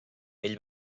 ell